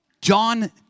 John